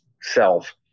self